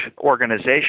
organization